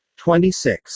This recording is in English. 26